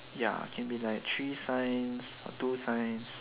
ya can be like three science or two science